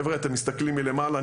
חברה אתם מסתכלים מלמעלה,